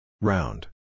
Round